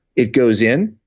it goes in,